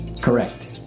Correct